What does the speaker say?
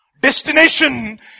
destination